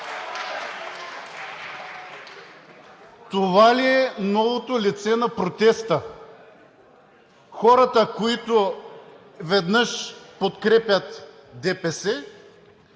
Това ли е новото лице на протеста – хората, които, веднъж, подкрепят ДПС,